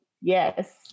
yes